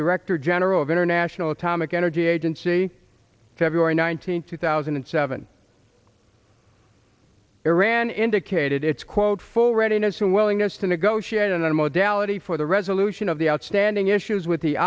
director general of international atomic energy agency february nineteenth two thousand and seven iran indicated its quote full readiness and willingness to negotiate and modality for the resolution of the outstanding issues with the